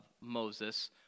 Moses